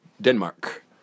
Denmark